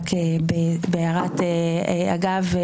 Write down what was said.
בהערת אגב,